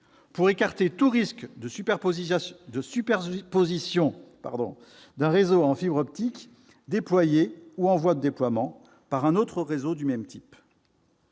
-pour écarter tout risque de superposition d'un réseau en fibre optique déployé ou en voie de déploiement avec un autre réseau du même type.